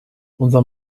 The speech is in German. unser